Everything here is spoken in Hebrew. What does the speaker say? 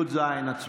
עברה.